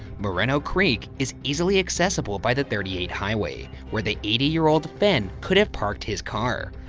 moreno creek is easily accessible by the thirty eight highway where the eighty year old fenn could have parked his car.